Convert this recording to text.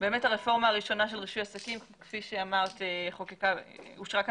באמת הרפורמה הראשונה של רישוי עסקים כפי שאמרת אושרה כאן